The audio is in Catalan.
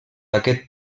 aquest